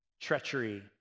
treachery